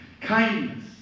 Kindness